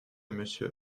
monsieur